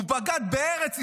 הוא בגד בארץ ישראל,